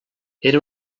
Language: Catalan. era